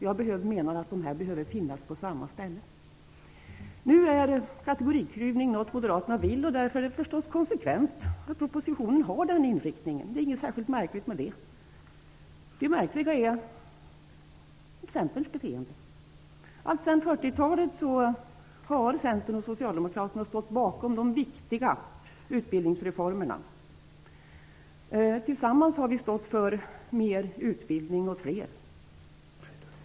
Jag menar att de behöver finnas på samma ställe. Nu är kategoriklyvning något Moderaterna vill, och därför är det förstås konsekvent att propositionen har den inriktningen. Det är inget särskilt märkligt med det. Det märkliga är Centerns beteende. Allt sedan 40 talet har Centern och Socialdemokraterna stått bakom de viktiga utbildningsreformerna. Tillsammans har vi stått för mer utbildning åt fler.